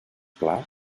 pla